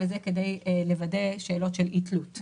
וזה כדי לוודא שאלות של אי תלות.